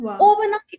overnight